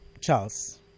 Charles